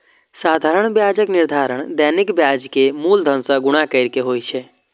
साधारण ब्याजक निर्धारण दैनिक ब्याज कें मूलधन सं गुणा कैर के होइ छै